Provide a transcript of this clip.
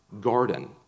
garden